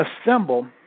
assemble